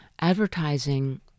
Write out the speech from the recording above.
Advertising